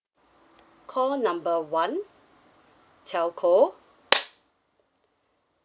call number one telco